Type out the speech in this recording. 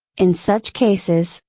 in such cases,